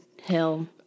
Hill